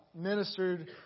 ministered